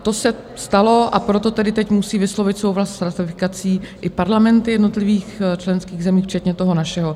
To se stalo, a proto tedy teď musí vyslovit souhlas s ratifikací i parlamenty jednotlivých členských zemí včetně toho našeho.